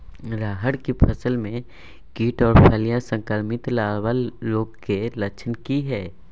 रहर की फसल मे कीट आर फलियां संक्रमित लार्वा रोग के लक्षण की हय?